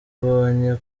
ubonye